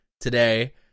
today